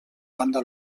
banda